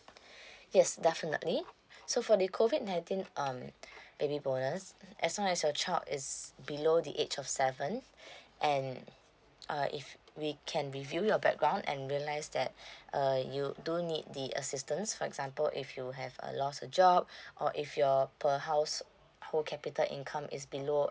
yes definitely so for the COVID nineteen um baby bonus as long as your child is below the age of seven and uh if we can review your background and realize that uh you do need the assistance for example if you have uh lost a job or if your per household capita income is below